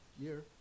year